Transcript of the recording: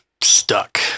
stuck